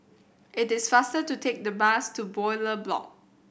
it is faster to take the bus to Bowyer Block